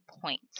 point